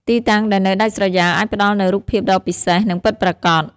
ទីតាំងដែលនៅដាច់ស្រយាលអាចផ្តល់នូវរូបភាពដ៏ពិសេស និងពិតប្រាកដ។